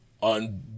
on